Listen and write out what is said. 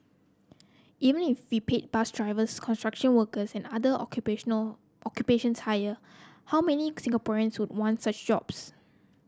even if we paid bus drivers construction workers and other occupational occupations higher how many Singaporeans would want such jobs